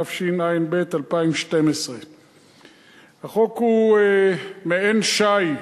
התשע"ב 2012. החוק הוא מעין שי,